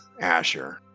Asher